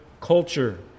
culture